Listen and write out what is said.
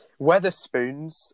Weatherspoons